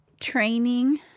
training